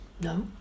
No